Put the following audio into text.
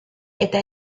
eta